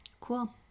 Cool